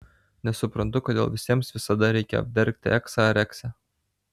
nesuprantu kodėl visiems visada reikia apdergti eksą ar eksę